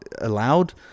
Allowed